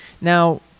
Now